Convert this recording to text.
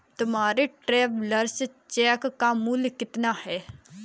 तुम्हारे travellers cheque का मूल्य कितना है?